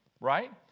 right